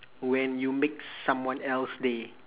when you make someone else day